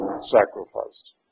sacrifice